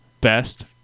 best